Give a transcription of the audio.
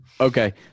Okay